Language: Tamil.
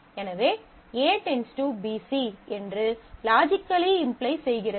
எனவே A → BC என்று லாஜிக்கலி இம்ப்ளை செய்கிறது